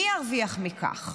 מי ירוויח מכך?